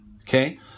Okay